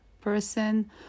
person